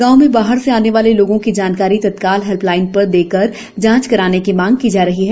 गांव में बाहर से आने वाले लोगो की जानकारी तत्काल हेल्पलाईन पर देकर जांच कराने की मांग की जा रही है